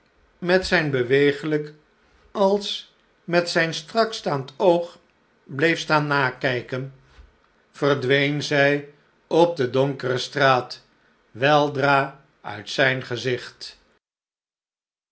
met zh'n beweeglijk als met zijn strakstaand oog bleef staan nakijken verdween zij op de donkere straat weldra uit zijn gezicht